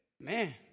man